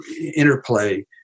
interplay